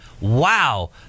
wow